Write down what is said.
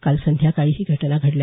काल संध्याकाळी ही घटना घडली